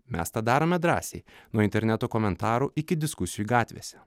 mes tą darome drąsiai nuo interneto komentarų iki diskusijų gatvėse